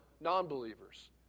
non-believers